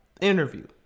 Interview